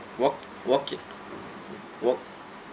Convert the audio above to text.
walk walk in walk